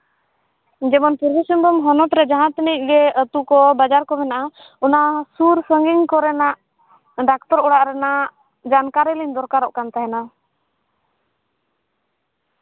ᱡᱮᱢᱚᱱ ᱯᱩᱨᱵᱤ ᱥᱤᱝᱵᱷᱩᱢ ᱦᱚᱱᱚᱛ ᱨᱮ ᱡᱟᱦᱟᱸᱛᱤᱱᱟᱹᱜ ᱜᱮ ᱟᱹᱛᱩ ᱠᱚ ᱵᱟᱡᱟᱨ ᱠᱚ ᱢᱮᱱᱟᱜᱼᱟ ᱚᱱᱟ ᱥᱩᱨ ᱥᱟᱺᱜᱤᱧ ᱠᱚᱨᱮᱱᱟᱜ ᱰᱟᱠᱛᱟᱨ ᱚᱲᱟᱜ ᱨᱮᱱᱟᱜ ᱡᱟᱱᱠᱟᱨᱤ ᱞᱤᱧ ᱫᱚᱨᱠᱟᱨᱚᱜ ᱠᱟᱱ ᱛᱟᱦᱮᱱᱟ